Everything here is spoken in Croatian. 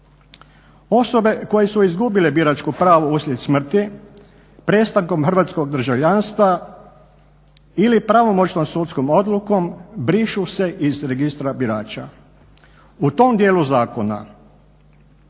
Osobe koje su izgubile biračko pravo uslijed smrti, prestankom hrvatskog državljanstva ili pravomoćnom sudskom odlukom brišu se iz registra birača. U tom dijelu zakona